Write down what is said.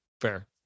fair